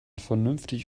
vernünftig